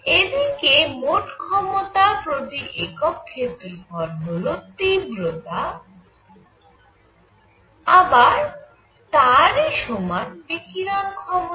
এদিকে মোট ক্ষমতা প্রতি একক ক্ষেত্রফল হল তীব্রতা আবার তারই সমান বিকিরণ ক্ষমতা